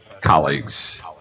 colleagues